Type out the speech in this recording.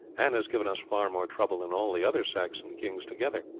and has given us far more trouble than all the other saxon kings together.